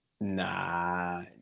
Nah